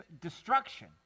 destruction